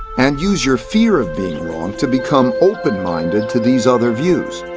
and use your fear of being wrong to become open-minded to these other views.